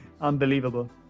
unbelievable